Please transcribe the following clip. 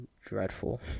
dreadful